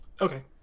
okay